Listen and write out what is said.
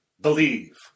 believe